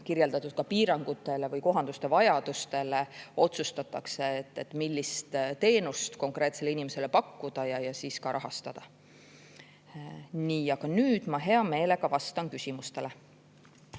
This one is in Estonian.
kirjeldatud piirangutele või kohanduste vajadustele otsustatakse, millist teenust konkreetsele inimesele pakkuda ja ka rahastada. Nii, aga nüüd ma hea meelega vastan küsimustele.